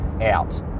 out